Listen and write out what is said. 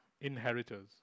inheritors